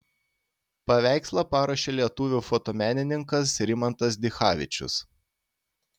paveikslą paruošė lietuvių fotomenininkas rimantas dichavičius